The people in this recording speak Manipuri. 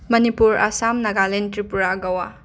ꯃꯅꯤꯄꯨꯔ ꯑꯁꯥꯝ ꯅꯥꯒꯥꯂꯦꯟ ꯇ꯭ꯔꯤꯄꯨꯔꯥ ꯒꯣꯋꯥ